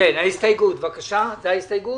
בבקשה.